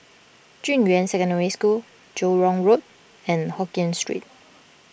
Junyuan Secondary School Joo Hong Road and Hokien Street